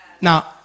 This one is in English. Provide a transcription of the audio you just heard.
Now